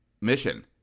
mission